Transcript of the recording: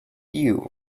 you